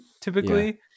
typically